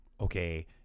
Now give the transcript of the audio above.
okay